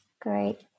great